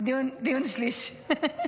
דיון שליש.